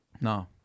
No